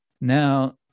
now